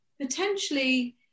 potentially